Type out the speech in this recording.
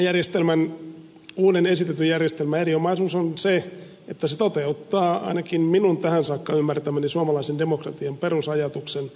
tämän uuden esitetyn järjestelmän erinomaisuus on se että se toteuttaa ainakin minun tähän saakka ymmärtämäni suomalaisen demokratian perusajatuksen